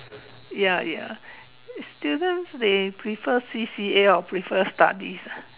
ya ya students prefer C_C_A or they prefer studies ah